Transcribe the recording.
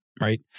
right